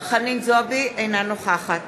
אינה נוכחת